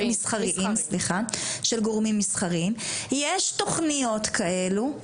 מסחריים, יש תוכניות כאלו.